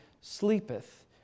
sleepeth